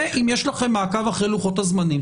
ואם יש לכם מעקב אחרי לוחות הזמנים,